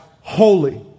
holy